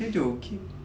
dia joget